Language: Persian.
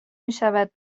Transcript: میشود